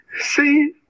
See